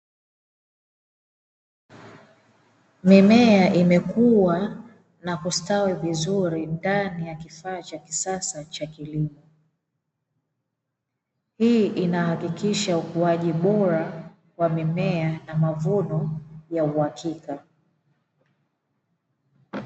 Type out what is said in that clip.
Mimea imekuwa na kustawi vizuri ndani ya kifaa cha kisasa cha kilimo, hii inahakikisha ukuaji bora wa mimea na mavuno ya uhakika.